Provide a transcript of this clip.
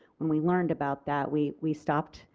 when we learned about that we we stopped